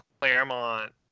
Claremont